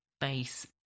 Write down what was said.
base